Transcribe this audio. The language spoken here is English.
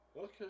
okay